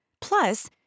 Plus